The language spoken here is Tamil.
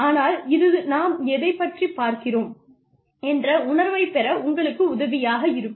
ஆனால் இது நாம் எதைப் பற்றி பார்க்கிறோம் என்ற உணர்வைப் பெற உங்களுக்கு உதவியாக இருக்கும்